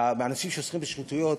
האנשים שעוסקים בשחיתויות,